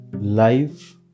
life